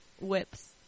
whips